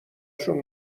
شون